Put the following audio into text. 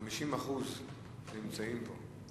50% נמצאים פה.